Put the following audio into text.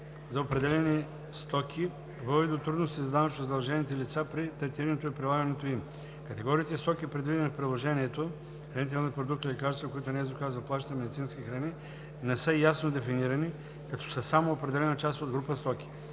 за определени стоки води до трудности за данъчно задължените лица при третирането и прилагането им. Категориите стоки, предвидени в приложението – хранителни продукти, лекарства, които НЗОК заплаща, медицински храни, не са ясно дефинирани, като са само определена част от група стоки.